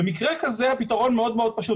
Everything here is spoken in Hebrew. במקרה כזה הפתרון מאוד מאוד פשוט.